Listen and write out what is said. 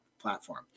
platform